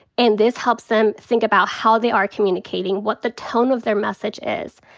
and this helps them think about how they are communicating, what the tone of their message is.